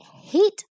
hate